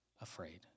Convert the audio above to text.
afraid